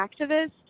activist